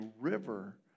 river